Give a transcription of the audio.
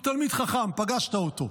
הוא תלמיד חכם, פגשת אותו,